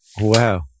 Wow